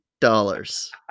dollars